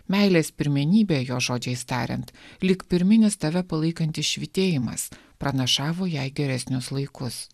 meilės pirmenybė jos žodžiais tariant lyg pirminis tave palaikantis švytėjimas pranašavo jai geresnius laikus